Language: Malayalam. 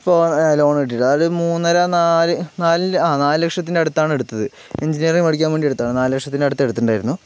ഇപ്പോ ലോൺ കിട്ടിയത് അതായത് മൂന്നര നാല് നാലില്ല ആ നാല് ലക്ഷത്തിൻ്റെ അടുത്താണ് എടുത്തത് എൻജിനീയറിങ് പഠിക്കാൻ വേണ്ടി എടുത്തതാണ് നാല് ലക്ഷത്തിന് അടുത്ത് എടുത്തിട്ടുണ്ടായിരുന്നു